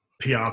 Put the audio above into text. PR